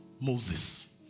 Moses